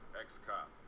Ex-cop